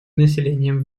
населением